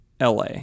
la